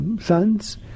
sons